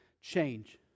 change